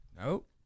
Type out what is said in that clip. Nope